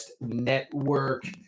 network